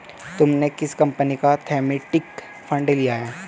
तुमने किस कंपनी का थीमेटिक फंड लिया है?